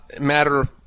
matter